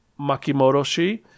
Makimoroshi